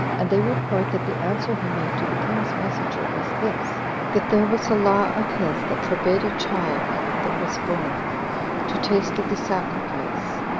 and they report that the answer he made to the king's messenger was this that there was a law of his that forbade a child that was born to taste of the sacrifice,